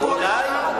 חבר הכנסת מולה,